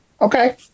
Okay